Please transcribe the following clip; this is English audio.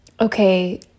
okay